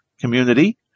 community